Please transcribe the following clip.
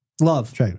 Love